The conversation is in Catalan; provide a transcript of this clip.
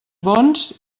bons